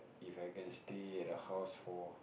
If I can stay at the house for